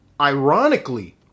ironically